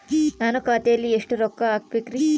ನಾನು ಖಾತೆಯಲ್ಲಿ ಎಷ್ಟು ರೊಕ್ಕ ಹಾಕಬೇಕ್ರಿ?